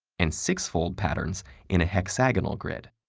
and sixfold patterns in a hexagonal grid.